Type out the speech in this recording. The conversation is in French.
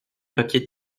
papier